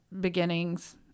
beginnings